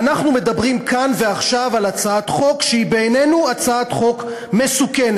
ואנחנו מדברים כאן ועכשיו על הצעת חוק שבעינינו היא הצעת חוק מסוכנת.